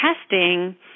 testing